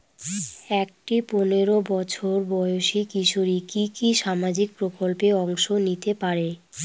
একটি পোনেরো বছর বয়সি কিশোরী কি কি সামাজিক প্রকল্পে অংশ নিতে পারে?